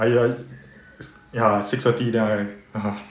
I err ya six thirty then I haha